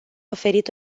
oferit